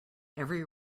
every